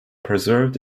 preserved